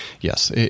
Yes